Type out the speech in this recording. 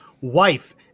wife